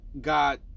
God